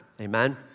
Amen